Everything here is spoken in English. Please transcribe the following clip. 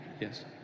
Yes